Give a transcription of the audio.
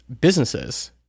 businesses